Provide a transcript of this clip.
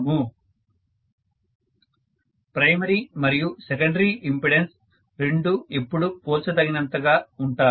student primary మరియు secondary impedance రెండూ ఎప్పుడూ పోల్చ తగినంతగా ఉంటాయా